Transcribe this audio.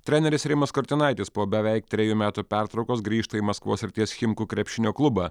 treneris rimas kurtinaitis po beveik trejų metų pertraukos grįžta į maskvos srities chimku krepšinio klubą